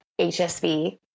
HSV